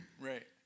Right